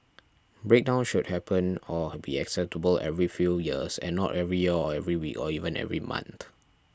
breakdowns should happen or be acceptable every few years and not every year or every week or even every month